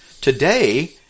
Today